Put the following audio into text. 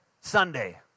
Sunday